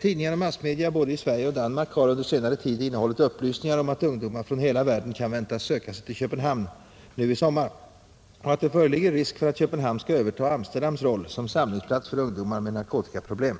Tidningar och andra massmedia både i Sverige och Danmark har under senare tid innehållit upplysningar om att ungdomar från hela världen kan väntas söka sig till Köpenhamn under sommaren 1971 och att det föreligger risk för att Köpenhamn skall överta Amsterdams roll som samlingsplats för ungdomar med narkotikaproblem.